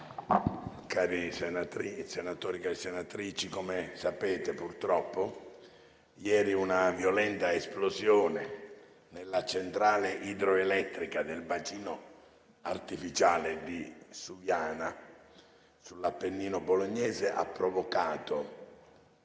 Cari senatori e care senatrici, come sapete, purtroppo ieri una violenta esplosione nella centrale idroelettrica di Bargi, nel bacino artificiale di Suviana, sull'Appennino bolognese, ha provocato